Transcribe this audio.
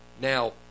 Now